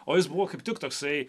o jis buvo kaip tik toksai